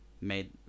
made